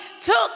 took